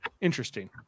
Interesting